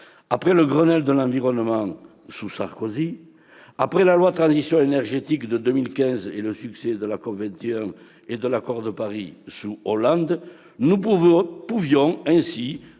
après le Grenelle de l'environnement sous Sarkozy, après la loi de transition énergétique de 2015, le succès de la COP21 et de l'accord de Paris sous Hollande, nous pouvions